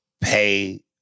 pay –